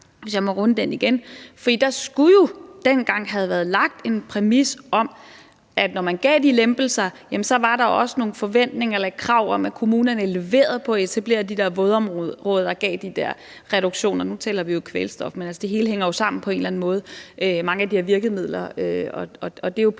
hvis jeg må runde den igen – for der skulle jo dengang have været lagt en præmis om, at når man gav de lempelser, så var der også nogle forventninger eller krav om, at kommunerne leverede i forhold til at etablere de der vådområder og gav de der reduktioner. Nu taler vi jo om kvælstof, men det hele hænger jo sammen på en eller anden måde, altså mange af de her virkemidler, og det er jo på sin